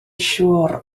siŵr